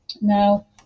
Now